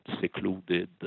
secluded